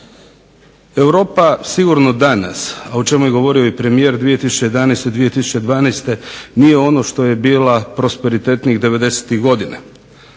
Europa sigurno danas, a o čemu je govorio i premijer 2011., 2012. nije ono što je bila prosperitetnih devedesetih